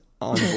on